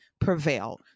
prevail